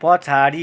पछाडि